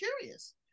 curious